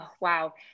Wow